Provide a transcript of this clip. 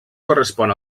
correspon